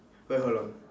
wait hold on